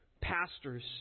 pastors